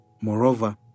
Moreover